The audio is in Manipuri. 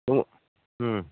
ꯎꯝ ꯎꯝ